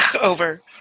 Over